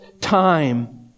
time